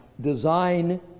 design